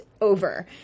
over